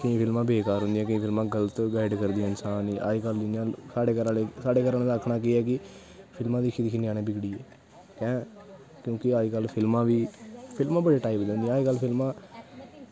केईं फिल्मां बेकार होंदियां केईं फिल्मां गल्त गाईड रदियां इंसान गी अजकल्ल इ'यां साढ़े घर आह्लें दा आखना केह् ऐ कि फिल्मां दिक्खी दिक्खी ञ्यानें बिगड़िये कैंह् क्योंकि अजकल्ल फिल्मां बी फिल्मां बड़ी टाईप दियां होंदियां अजकल्ल फिल्मां